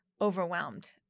overwhelmed